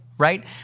right